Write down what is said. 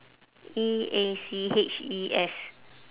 E A C H E S